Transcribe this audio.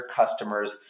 customers